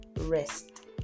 rest